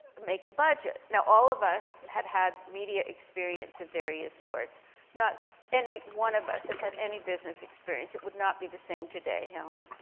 make a budget. now all of us had had media experience of various sorts not any one of us had had any business experience, it would not be the same today, helen.